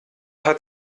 hat